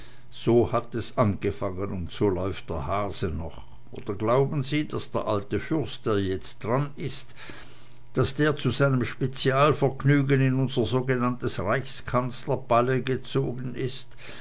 so hat es angefangen und so läuft der hase noch oder glauben sie daß der alte fürst der jetzt dran ist daß der zu seinem spezialvergnügen in unser sogenanntes reichskanzlerpalais gezogen ist